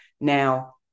Now